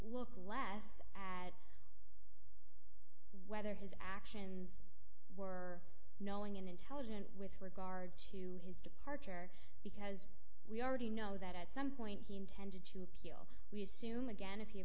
look less at whether his actions were knowing and intelligent with regard to his departure because we already know that at some point he until we assume again if you